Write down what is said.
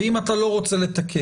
ואם אתה לא רוצה לתקן,